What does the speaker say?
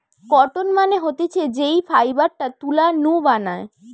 cotton মানে হতিছে যেই ফাইবারটা তুলা নু বানায়